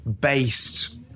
based